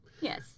Yes